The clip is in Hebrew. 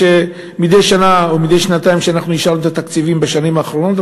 מדי שנה או מדי שנתיים כשאנחנו אישרנו את התקציבים בשנים האחרונות,